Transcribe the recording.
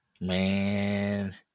man